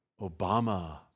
Obama